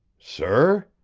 sir?